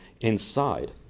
inside